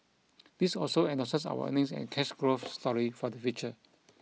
this also endorses our earnings and cash growth story for the future